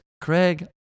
Craig